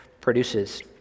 produces